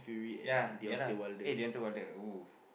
yeah ya lah oo